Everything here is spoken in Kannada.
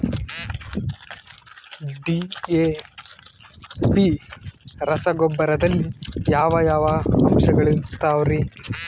ಡಿ.ಎ.ಪಿ ರಸಗೊಬ್ಬರದಲ್ಲಿ ಯಾವ ಯಾವ ಅಂಶಗಳಿರುತ್ತವರಿ?